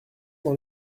dans